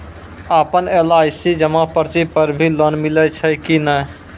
आपन एल.आई.सी जमा पर्ची पर भी लोन मिलै छै कि नै?